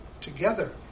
together